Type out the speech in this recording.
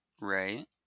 Right